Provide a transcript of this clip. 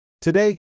Today